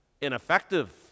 ineffective